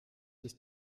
sich